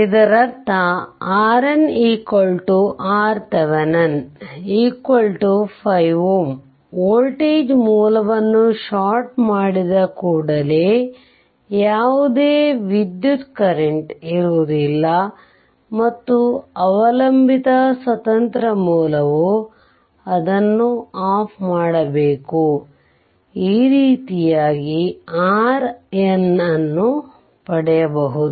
ಇದರರ್ಥ RN RThevenin 5 Ω voltage ಮೂಲವನ್ನು short ಮಾಡಿದ ಕೂಡಲೇ ಯಾವುದೇ ವಿದ್ಯುತ್ ಕರೆಂಟ್ ಇರುವುದಿಲ್ಲ ಮತ್ತು ಅವಲಂಬಿತ ಸ್ವತಂತ್ರ ಮೂಲವು ಅದನ್ನು ಆಫ್ ಮಾಡಬೇಕು ಈ ರೀತಿಯಾಗಿ RN ಅನ್ನು ಪಡೆಯಬಹುದು